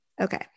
Okay